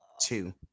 two